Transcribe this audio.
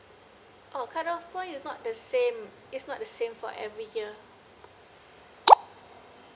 oh cut off for is not the same its not the same for every year